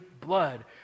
blood